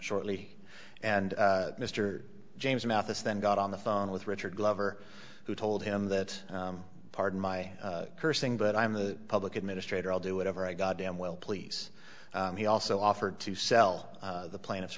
shortly and mr james mathis then got on the phone with richard glover who told him that pardon my cursing but i'm the public administrator i'll do whatever i god damn well please he also offered to sell the pla